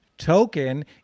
Token